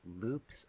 loops